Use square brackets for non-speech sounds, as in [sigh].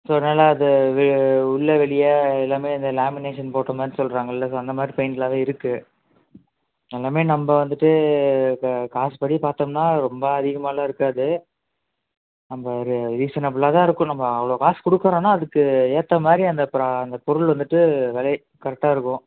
so அதனால் அது வெ உள்ளே வெளியே எல்லாமே இந்த லேமினேஷன் போட்டமாதிரி சொல்லுறாங்கள்ல சார் அந்தமாதிரி பெயிண்ட் [unintelligible] இருக்கு எல்லாமே நம்ப வந்துவிட்டு இப்போ காசு படி பார்த்தோம்ன்னா ரொம்ப அதிகமாகலாம் இருக்காது நம்ப ஒரு ரீசன்புலாக தான் இருக்கும் நம்ப அவ்வளோ காசு கொடுக்குறோம்னா அதுக்கு ஏத்தமாதிரி அந்த ப்ரா அந்த பொருள் வந்துவிட்டு விலை கரெக்டாக இருக்கும்